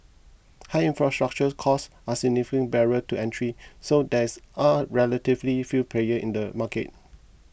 high infrastructure costs are significant barriers to entry so are relatively few player in the market